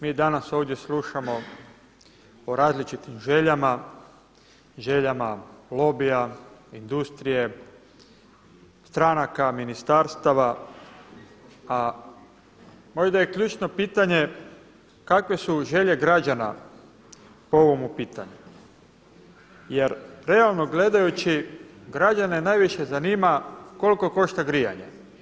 Mi danas ovdje slušamo o različitim željama, željama lobija, industrije, stranaka, ministarstava, a možda je ključno pitanje kakve su želje građana po ovomu pitanju jer realno gledajući građane najviše zanima koliko košta grijanje.